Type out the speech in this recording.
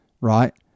right